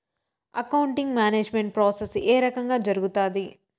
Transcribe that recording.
accounting management process ఏ రకంగా జరుగుతాది